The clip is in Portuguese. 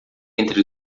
entre